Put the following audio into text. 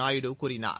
நாயுடு கூறினார்